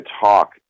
talk